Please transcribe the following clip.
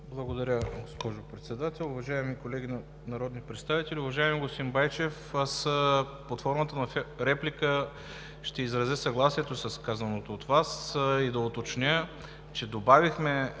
Благодаря, госпожо Председател. Уважаеми колеги народни представители! Уважаеми господин Байчев, аз под формата на реплика ще изразя съгласието с казаното от Вас и да уточня, че добавихме